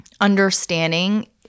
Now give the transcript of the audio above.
understanding